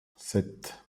sept